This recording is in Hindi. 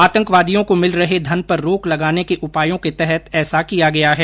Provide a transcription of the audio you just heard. आतंकवादियों को मिल रहे धन पर रोक लगाने के उपायों के तहत ऐसा किया गया है